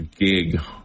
gig